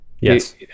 Yes